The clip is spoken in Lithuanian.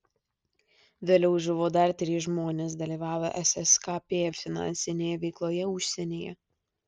vėliau žuvo dar trys žmonės dalyvavę sskp finansinėje veikloje užsienyje